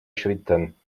schritten